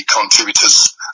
contributors